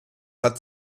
hat